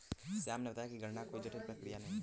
श्याम ने बताया कि कर गणना कोई जटिल प्रक्रिया नहीं है